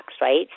right